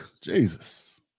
Jesus